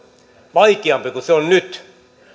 vaikeampi kuin se on nyt